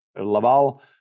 Laval